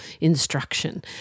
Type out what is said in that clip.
instruction